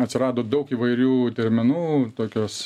atsirado daug įvairių terminų tokios